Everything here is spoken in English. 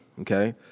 okay